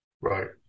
Right